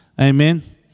Amen